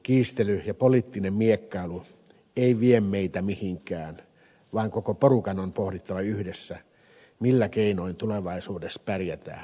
kiistely ja poliittinen miekkailu ei vie meitä mihinkään vaan koko porukan on pohdittava yhdessä millä keinoin tulevaisuudessa pärjätään